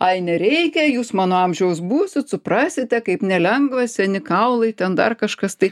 ai nereikia jūs mano amžiaus būsit suprasite kaip nelengva seni kaulai ten dar kažkas tai